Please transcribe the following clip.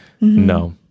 No